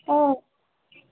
অঁ